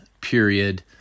period